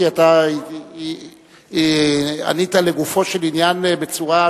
כי ענית לגופו של עניין בצורה,